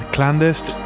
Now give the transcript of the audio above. Clandest